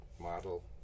model